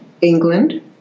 England